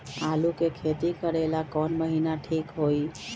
आलू के खेती करेला कौन महीना ठीक होई?